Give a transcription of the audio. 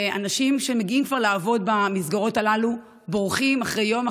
ואנשים שמגיעים כבר לעבוד במסגרות הללו בורחים אחרי יום,